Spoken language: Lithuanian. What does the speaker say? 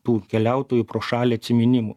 tų keliautojų pro šalį atsiminimų